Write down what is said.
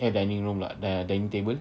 eh dining room pula dining table